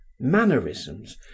mannerisms